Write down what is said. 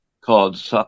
called